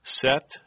set